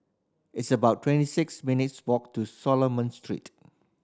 it's about twenty six minutes' walk to Solomon Street